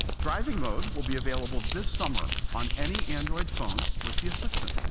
driving mode will be available this summer on any android phone with the assistant.